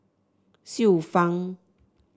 Xiu Fang